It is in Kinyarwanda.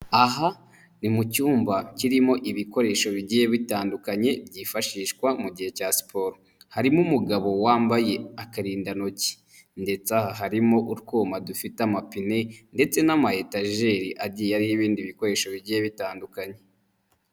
Aha ni mu cyumba kirimo ibikoresho bigiye bitandukanye, byifashishwa mu gihe cya siporo. Harimo umugabo wambaye akarindantoki ndetse aha harimo utwuma dufite amapine ndetse n'amayetageri agiye ariho ibindi bikoresho bigiye bitandukanye.